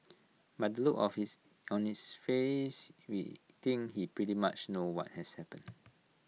by the look of his on its face we think he pretty much know what had happened